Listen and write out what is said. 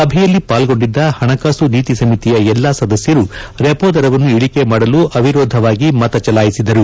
ಸಭೆಯಲ್ಲಿ ಪಾಲ್ಗೊಂಡಿದ್ದ ಹಣಕಾಸು ನೀತಿ ಸಮಿತಿಯ ಎಲ್ಲಾ ಸದಸ್ಯರು ರೆಪೊ ದರವನ್ನು ಇಳಿಕೆ ಮಾಡಲು ಅವಿರೋಧವಾಗಿ ಮತ ಚಲಾಯಿಸಿದರು